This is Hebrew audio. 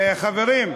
חברים,